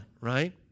right